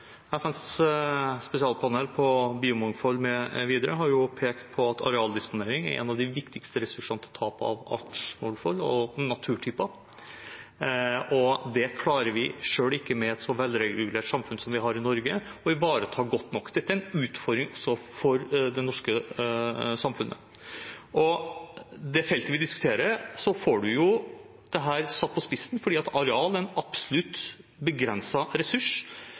FNs spesialpanel for biomangfold mv. har pekt på at arealdisponering er en av de viktigste ressursene ved tap av artsmangfold og naturtyper, og det klarer vi ikke, selv med et så velregulert samfunn som vi har i Norge, å ivareta godt nok. Dette er en utfordring også for det norske samfunnet. På det feltet vi diskuterer, får vi dette satt på spissen, for areal er absolutt en begrenset ressurs